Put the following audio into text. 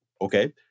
Okay